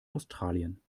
australien